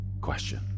question